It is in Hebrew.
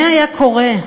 מה היה קורה?